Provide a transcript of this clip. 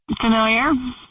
familiar